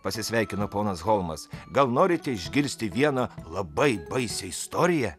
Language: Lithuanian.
pasisveikino ponas holmas gal norite išgirsti vieną labai baisią istoriją